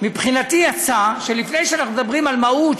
מבחינתי יצא שלפני שאנחנו מדברים על מהות,